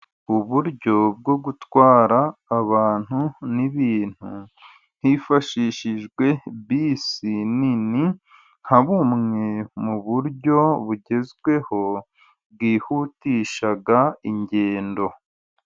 Uburyo bwo gutwara abantu n'ibintu hifashishijwe bisi nini, nka bumwe mu buryo bugezweho bwihutisha ingendo.